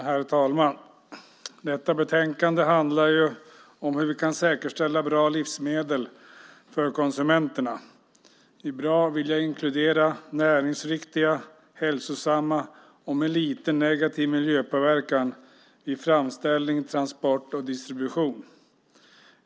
Herr talman! Detta betänkande handlar om hur vi kan säkerställa bra livsmedel för konsumenterna. I ordet bra vill jag inkludera livsmedel som är näringsriktiga, hälsosamma och med liten negativ miljöpåverkan vid framställning, transport och distribution.